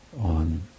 on